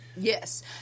Yes